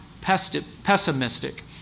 pessimistic